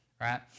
Right